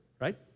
right